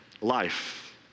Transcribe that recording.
life